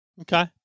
Okay